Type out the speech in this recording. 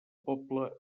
poble